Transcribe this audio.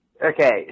Okay